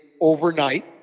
overnight